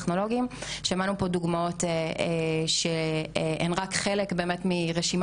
ואם זה באמצעות כל אמצעי אחר שאנחנו מכירות,